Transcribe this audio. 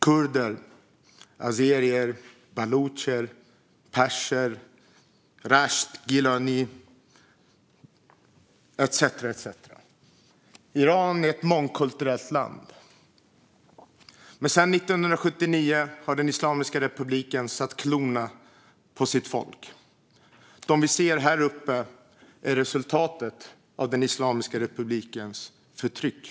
Kurder, azerier, balucher, perser, gilaker etcetera - Iran är ett mångkulturellt land. Men sedan 1979 har Islamiska republiken satt klorna i sitt folk. De vi ser uppe på läktaren är resultatet av Islamiska republikens förtryck.